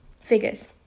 Figures